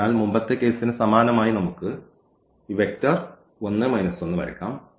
അതിനാൽ മുമ്പത്തെ കേസിന് സമാനമായി നമുക്ക് ഈ വെക്റ്റർ 1 1 വരയ്ക്കാം